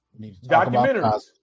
Documentaries